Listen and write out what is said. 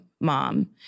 mom